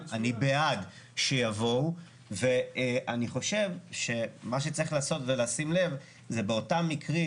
אני בעד שיבואו ואני חושב שמה שצריך לעשות ולשים לב זה באותם מקרים